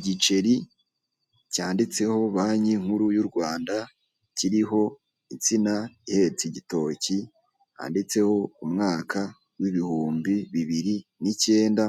Igiceri cyanditseho banki nkuru y'u Rwanda kiriho insina ihetse igitoki handitseho umwaka w'ibihumbi bibiri n'icyenda